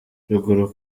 ruguru